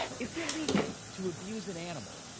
it's illegal to abuse an animal,